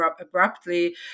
abruptly